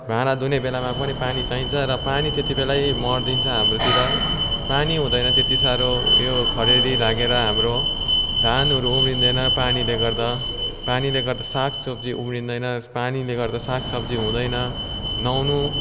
भाँडा धुने बेलामा पनि पानी चाहिन्छ र पानी त्यतिबेलै मरिदिन्छ हाम्रोतिर पानी हुँदैन त्यति साह्रो यो खरेडी लागेर हाम्रो धानहरू उम्रिँदैन पानीले गर्दा पानीले गर्दा सागसब्जी उम्रिँदैन पानीले गर्दा साग सब्जी हुँदैन नुहाउनु